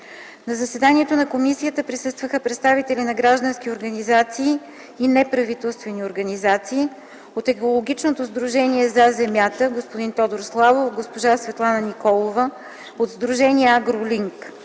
На заседанието на комисията присъстваха представители на граждански и неправителствени организации: от Екологично сдружение „За земята” – господин Тодор Славов, госпожа Светлана Николова – от Сдружение „Агролинк”,